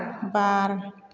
बार